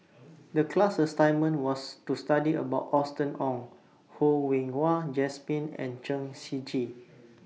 The class assignment was to study about Austen Ong Ho Yen Wah Jesmine and Chen Shiji